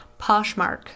Poshmark